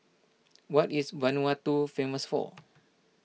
what is Vanuatu famous for